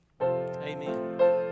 Amen